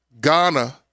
Ghana